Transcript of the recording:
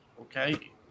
Okay